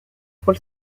por